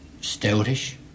stoutish